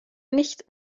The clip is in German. nicht